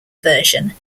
version